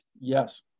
Yes